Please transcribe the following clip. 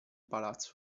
palazzo